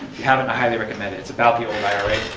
you haven't, i highly recommend it, it's about the old ira.